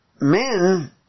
men